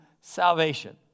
salvation